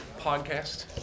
podcast